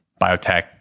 biotech